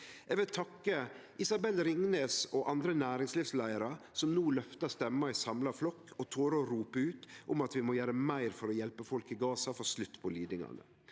Eg vil takke Isabelle Ringnes og andre næringslivsleiarar som no løftar stemma i samla flokk og torer å rope ut om at vi må gjere meir for å hjelpe folk i Gaza og få slutt på lidingane.